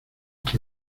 que